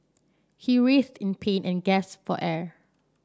he writhed in pain and gasped for air